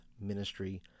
ministry